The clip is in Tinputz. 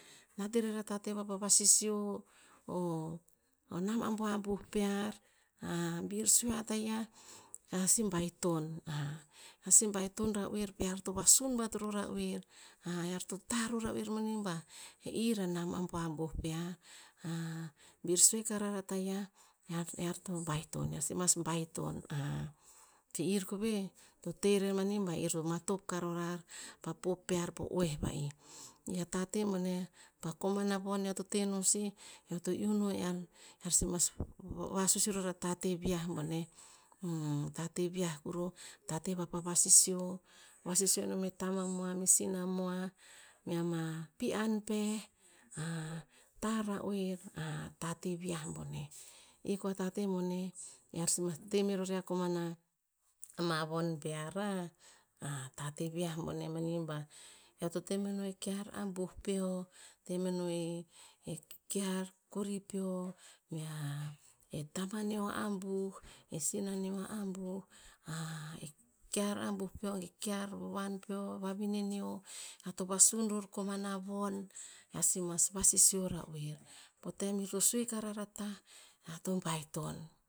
Nat irer a tateh vapa vasisio o- o nam ambuh ambuh pear. bir sue a taiah ar sih baiton, ar sih baiton ra oer be ar to vasun bat ror rah oer. ear to tarr rorah oer mani ba, eh ir ama nam ambuh ambuh pear. bir sue karar a taiah ear- ear to baiton, ear sih mas baiton. peh ir koveh to teh rer mani ba, ir to matop karo rar, pa pop pear po oeh va'i. I atateh boneh, pa komano von eo to teh no sih. Eo to iuh no ear- ear sih mas vasus iror a tateh viah boneh. tateh vi'ah kuru, tateh vapa vasisio, vasisio nom e tamamua meh sina mua me ama pi'ann pe. tarr ra oer, tateh vi'ah boneh. I kua tateh boneh, ear sih mas temeror iah komano ama von pear ah. tateh viah boneh mani ba, eo to teh meno eh kear ambuh peo, teh meno e- eh kear kori peo, mea e tamaneo ambuh, e sinaneo e ambuh, eh kear ambuh peo ge kear vowoan peo, vavine neo. Ar to vasun ro komano von, ear sih mas vasisio ra oer. Po tem pi to sue karar a tah, ear to baiton.